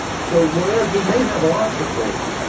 so whereas we may have obstacles,